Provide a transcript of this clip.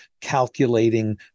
calculating